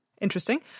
Interesting